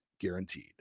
guaranteed